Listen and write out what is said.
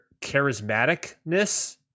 charismaticness